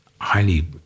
highly